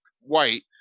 white